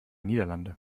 niederlande